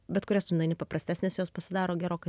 bet kurias tu nueini paprastesnes jos pasidaro gerokai